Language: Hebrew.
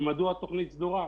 ומדוע תוכנית סדורה?